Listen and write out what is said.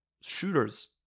shooters